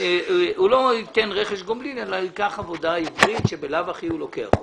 הוא לא ייתן רכש גומלין אלא ייקח עבודה עברית שממילא הוא לוקח אותה.